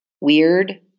weird